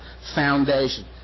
Foundation